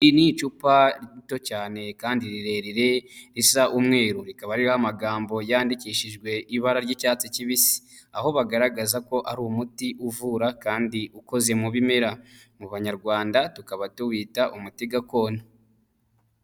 Iri ni icupa rito cyane kandi rirerire risa umweru rikaba ririho amagambo yandikishijwe ibara ry'icyatsi kibisi aho bagaragaza ko ari umuti uvura kandi ukoze mu bimera mu banyarwanda tukaba tuwita umuti gakondo.